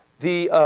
the